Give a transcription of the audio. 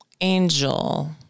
Angel